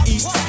East